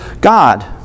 God